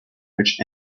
which